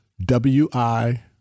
wi